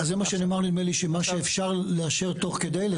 אז זה מה שנאמר נדמה לי, שמה שאפשר לאפשר תוך כדי?